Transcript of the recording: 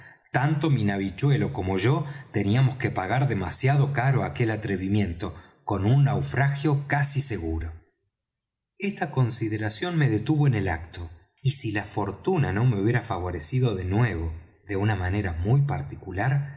tanto mi navichuelo como yo teníamos que pagar demasiado caro aquel atrevimiento con un naufragio casi seguro esta consideración me detuvo en el acto y si la fortuna no me hubiera favorecido de nuevo de una manera muy particular